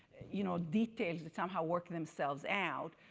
you know details that somehow work themselves out.